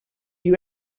you